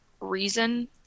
reason